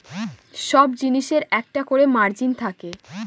সব জিনিসের একটা করে মার্জিন থাকে